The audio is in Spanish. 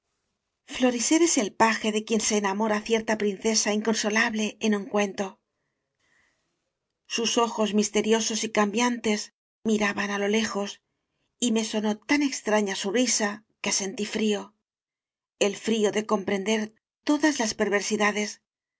florisel es el paje de quien se enamora cierta princesa inconsolable en un cuento sus ojos misteriosos y cambiantes mira ban á lo lejos y me sonó tan extraña su risa que sentí frío el frío de comprender todas las perversidades